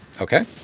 Okay